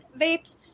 vaped